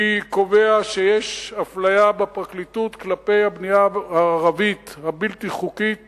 אני קובע שיש אפליה בפרקליטות כלפי הבנייה הערבית הבלתי-חוקית